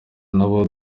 ntabwo